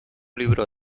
libro